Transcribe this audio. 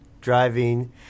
driving